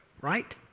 Right